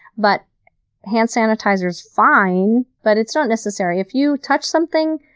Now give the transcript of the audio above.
but hand sanitizer is fine, but it's not necessary. if you touch something,